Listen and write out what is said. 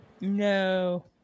no